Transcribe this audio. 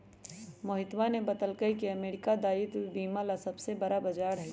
मोहितवा ने बतल कई की अमेरिका दायित्व बीमा ला सबसे बड़ा बाजार हई